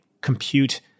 compute